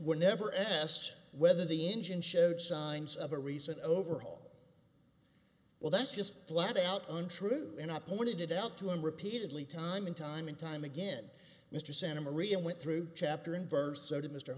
were never asked whether the engine showed signs of a recent overhaul well that's just flat out untrue and i pointed it out to him repeatedly time and time and time again mr santamaria went through chapter and verse